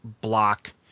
block